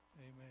amen